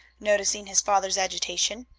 noticing his father's agitation.